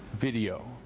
video